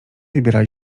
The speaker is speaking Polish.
wybierali